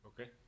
Okay